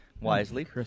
Wisely